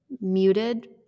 muted